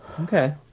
Okay